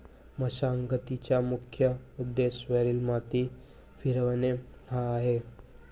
मशागतीचा मुख्य उद्देश वरील माती फिरवणे हा आहे